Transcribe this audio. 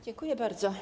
Dziękuję bardzo.